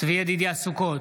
צבי ידידיה סוכות,